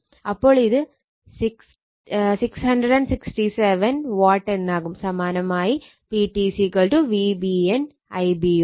അപ്പോൾ ഇത് 667 Watt എന്നാകും സമാനമായി P2 VBN Ib യും